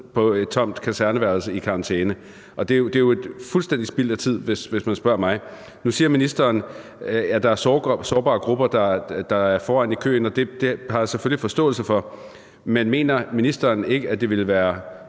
på et tomt kaserneværelse i karantæne. Det er fuldstændig spild af tid, hvis man spørger mig. Nu siger ministeren, at der er sårbare grupper, der er foran i køen. Det har jeg selvfølgelig forståelse for. Men mener ministeren ikke, at det ville være